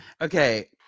Okay